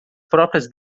próprias